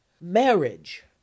marriage